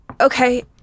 okay